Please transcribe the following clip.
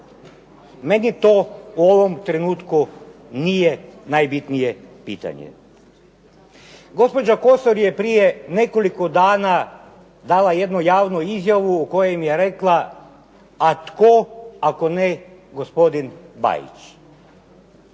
Meni to u ovom trenutku nije najbitnije pitanje. Gospođa Kosor je prije nekoliko dana dala jednu javnu izjavu kojom je rekla "A tko ako ne gospodin Bajić.".